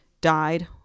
died